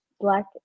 black